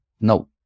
no